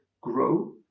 grow